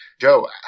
Joe